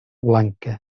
blanca